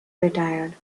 retired